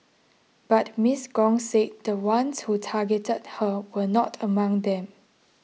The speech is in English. but Miss Gong said the ones who targeted her were not among them